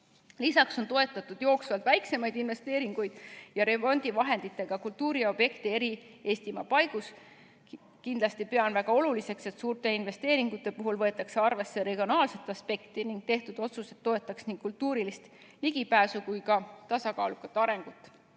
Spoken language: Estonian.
Lisaks on toetatud jooksvalt väiksemaid investeeringuid ja remondivahenditega kultuuriobjekte Eesti eri paigus. Kindlasti pean väga oluliseks, et suurte investeeringute puhul võetakse arvesse regionaalset aspekti ning tehtud otsused toetaks nii ligipääsu kultuurile kui ka kultuuri tasakaalukat arengut.